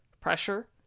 pressure